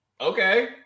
okay